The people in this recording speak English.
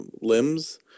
limbs